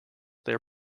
their